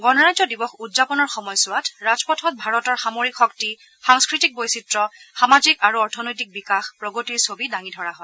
গণৰাজ্য দিৱস উদযাপনৰ সময়ছোৱাত ৰাজপথত ভাৰতৰ সামৰিক শক্তি সাংস্কৃতিক বৈচিত্ৰ্য সামাজিক আৰু অৰ্থনৈতিক প্ৰগতিৰ ছবি দাঙি ধৰা হয়